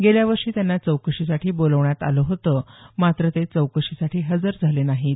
गेल्या वर्षी त्यांना चौकशीसाठी बोलवण्यात आलं होतं मात्र ते चौकशीसाठी हजर झाले नाहीत